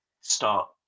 start